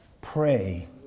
Pray